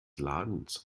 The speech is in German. ladens